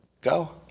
Go